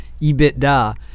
EBITDA